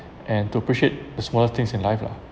and to appreciate the smallest things in life lah